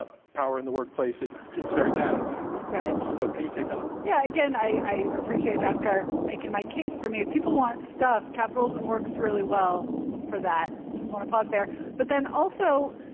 ah power in the workplace, it's very bad at that. right. so can you take that on? yeah. again, i appreciate bhaskar making my case for me. if people want stuff, capitalism works really well for that. just want to pause there. but then also,